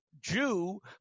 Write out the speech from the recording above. Jew